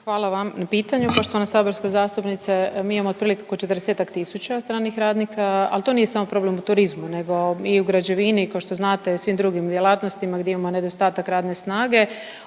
Hvala vam na pitanju poštovana saborska zastupnice. Mi imamo otprilike oko 40-tak tisuća stranih radnika, al to nije samo problem u turizmu nego i u građevini i košto znate i u svim drugim djelatnostima gdje imamo nedostatak radne snage.